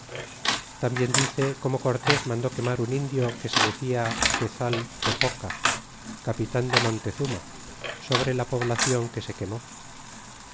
tambien dice como cortés mandó quemar un indio que se decía quezal popoca capitan de mootezuma sobre la pobla clon que se quemó